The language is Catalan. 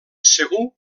segur